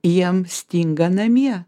jiem stinga namie